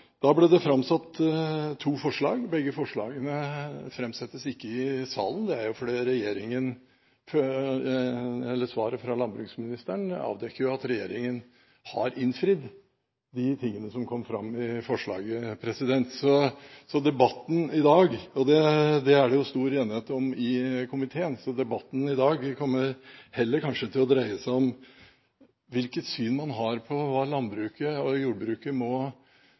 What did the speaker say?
Da ble det framsatt to forslag. Ingen av disse forslagene framsettes i salen, og det er fordi svaret fra landbruksministeren avdekker at regjeringen har innfridd det som kom fram i forslaget. Det er det også stor enighet om i komiteen, så debatten i dag kommer kanskje heller til å dreie seg om hvilket syn man har på hvordan landbruket og jordbruket må